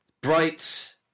bright